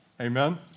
Amen